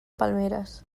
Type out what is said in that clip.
palmeres